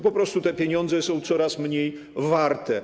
Po prostu te pieniądze są coraz mniej warte.